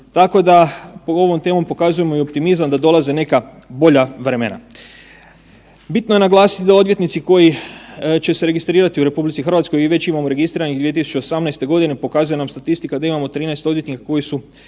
tako da pod ovom temom pokazujemo i optimizam da dolaze neka bolja vremena. Bitno je naglasiti da odvjetnici koji će se registrirati u RH i već imamo registriranih 2018. godine pokazuje nam statistika da imamo 13 odvjetnika koji su